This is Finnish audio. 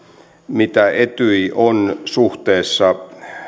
mitä etyj on suhteessa